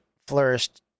flourished